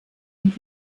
und